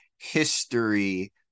history